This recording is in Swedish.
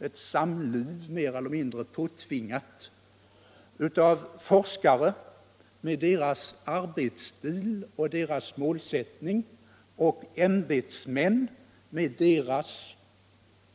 ett samliv, mer eller mindre påtvingat, mellan forskare med deras arbetsstil och deras målsättning och ämbetsmän med deras